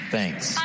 Thanks